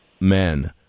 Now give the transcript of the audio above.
men